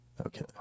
Okay